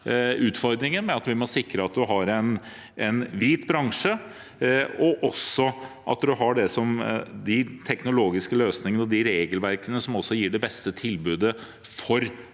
vi må sikre at vi har en hvit bransje, og at man har de teknologiske løsningene og regelverkene som gir det beste tilbudet for